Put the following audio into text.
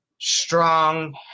strong